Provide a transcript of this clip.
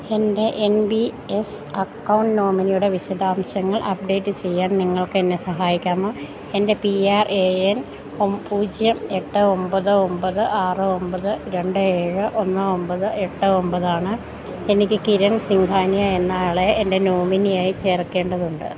എൻ്റെ N P S account നോമിനിയുടെ വിശദാംശങ്ങൾ അപ്ഡേറ്റ് ചെയ്യാൻ നിങ്ങൾക്ക് എന്നെ സഹായിക്കാമോ എൻ്റെ P R A N O പൂജ്യം എട്ട് ഒൻപത് ഒൻപത് ആറ് ഒൻപത് രണ്ട് ഏഴ് ഒന്ന് ഒൻപത് എട്ട് ഒൻപത് ആണ് എനിക്ക് കിരൺ സിംഗാനിയ എന്നയാളെ എൻ്റെ നോമിനിയായി ചേർക്കേണ്ടതുണ്ട്